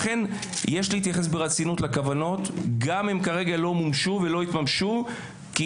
לכן יש להתייחס ברצינות לכוונות גם אם כרגע הן לא מומשו ולא התממשו כי